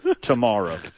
tomorrow